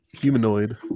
humanoid